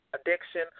addiction